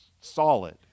solid